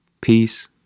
Peace